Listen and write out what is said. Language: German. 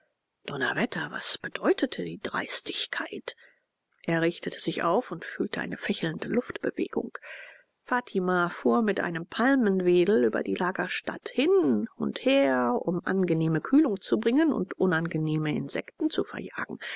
donnerwetter was bedeutete die dreistigkeit er richtete sich auf und fühlte eine fächelnde luftbewegung fatima fuhr mit einem palmenwedel über die lagerstatt hin und her um angenehme kühlung zu bringen und unangenehme insekten zu verjagen